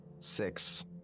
Six